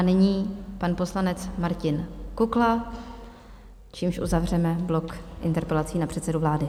Nyní pan poslanec Martin Kukla, čímž uzavřeme blok interpelací na předsedu vlády.